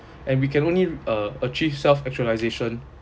and we can only uh achieve self actualisation